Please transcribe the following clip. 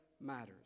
matters